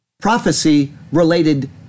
prophecy-related